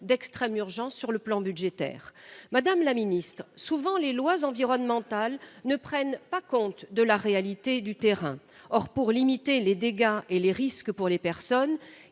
d’extrême urgence sur le plan budgétaire. Madame la ministre, il arrive souvent que les lois environnementales ne prennent pas en compte la réalité du terrain. Or, pour limiter les dégâts et les risques pour les personnes,